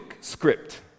script